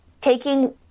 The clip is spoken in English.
taking